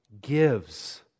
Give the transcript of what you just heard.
gives